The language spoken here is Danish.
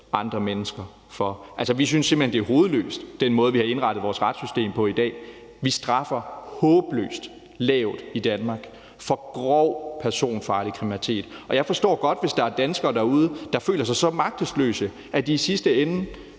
andre mennesker for. Vi synes simpelt hen, det er hovedløst – den måde, vi har indrettet vores retssystem på i dag. Vi straffer håbløst lavt i Danmark for grov personfarlig kriminalitet. Og jeg forstår godt, hvis der er danskere derude, der føler sig så magtesløse, at de i sidste ende